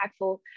impactful